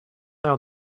how